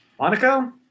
Monaco